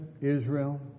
Israel